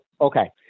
okay